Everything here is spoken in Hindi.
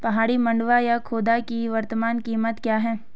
पहाड़ी मंडुवा या खोदा की वर्तमान कीमत क्या है?